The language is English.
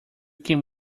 can